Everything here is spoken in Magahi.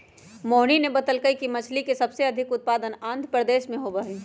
मोहिनी ने बतल कई कि मछ्ली के सबसे अधिक उत्पादन आंध्रप्रदेश में होबा हई